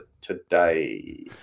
today